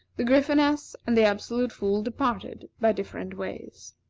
the gryphoness and the absolute fool departed by different ways.